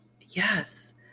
Yes